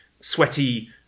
sweaty